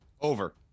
Over